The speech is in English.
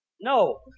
No